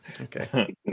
Okay